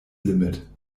limit